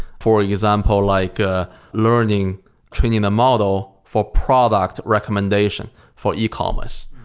for example, like ah learning training a model for product recommendation, for ecommerce,